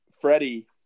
Freddie